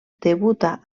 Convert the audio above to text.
debuta